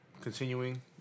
continuing